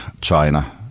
China